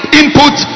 input